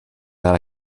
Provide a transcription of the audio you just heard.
that